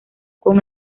con